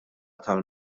tal